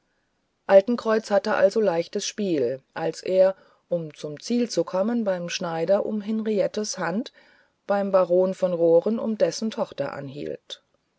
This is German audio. altenkreuz hatte also leichtes spiel als er um zum ziel zu kommen beim schneider um henriettens hand beim baron von roren um dessen tochter anhielt